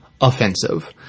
offensive